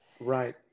Right